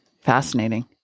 Fascinating